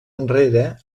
enrere